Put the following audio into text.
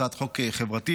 הצעת חוק חברתית,